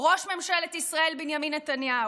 ראש ממשלת ישראל בנימין נתניהו,